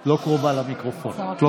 את לא קרובה למיקרופון, את לא קרובה.